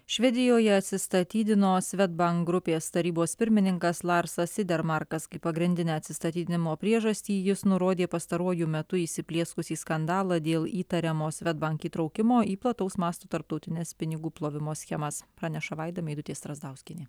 švedijoje atsistatydino svedbank grupės tarybos pirmininkas larsas idermarkas kaip pagrindinę atsistatydinimo priežastį jis nurodė pastaruoju metu įsiplieskusį skandalą dėl įtariamo svedbank įtraukimo į plataus masto tarptautines pinigų plovimo schemas praneša vaida meidutė strazdauskienė